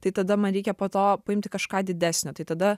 tai tada man reikia po to paimti kažką didesnio tai tada